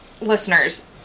listeners